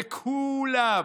וכולם,